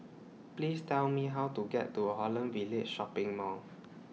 Please Tell Me How to get to Holland Village Shopping Mall